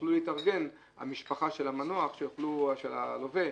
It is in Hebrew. שיוכלו להתארגן, המשפחה של המנוח, של הלווה.